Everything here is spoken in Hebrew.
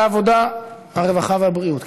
ועדת העבודה, הרווחה והבריאות.